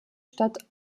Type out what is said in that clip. statt